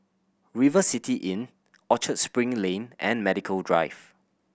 River City Inn Orchard Spring Lane and Medical Drive